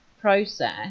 process